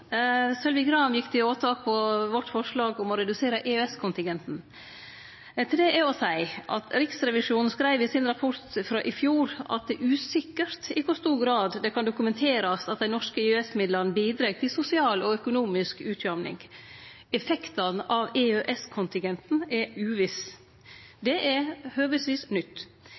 Sylvi Graham gjekk til åtak på vårt forslag om å redusere EØS-kontingenten. Til det er å seie at Riksrevisjonen skreiv i rapporten sin frå i fjor at det er usikkert i kor stor grad det kan dokumenterast at dei norske EØS-midlane bidreg til sosial og økonomisk utjamning. Effektane av EØS-kontingenten er uvisse. Det er høvesvis nytt.